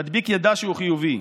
המדביק ידע שהוא חיובי.